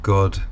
God